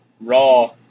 Raw